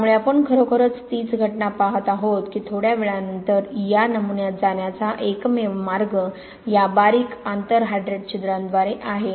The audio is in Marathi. त्यामुळे आपण खरोखरच तीच घटना पाहत आहोत की थोड्या वेळानंतर या नमुन्यात जाण्याचा एकमेव मार्ग या बारीक आंतर हायड्रेट छिद्रांद्वारे आहे